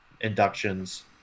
inductions